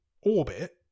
orbit